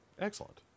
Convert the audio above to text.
Excellent